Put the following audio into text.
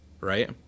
right